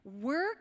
Work